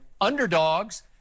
underdogs